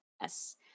yes